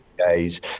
days